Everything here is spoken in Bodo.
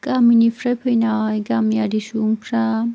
गामिनिफ्राय फैनाय गामियारि सुबुंफ्रा